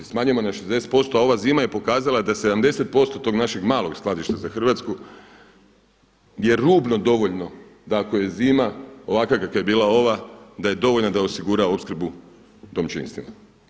Smanjujemo na 60%, a ova zima je pokazala da 70% tog našeg malog skladišta za Hrvatsku je rubno dovoljno, da ako je zima ovakva kakva je bila ova da je dovoljna da osigura opskrbu domaćinstvima.